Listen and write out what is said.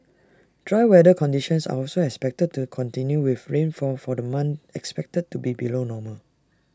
dry weather conditions are also expected to continue with rainfall for the month expected to be below normal